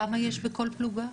כמה יש בכל פלוגה?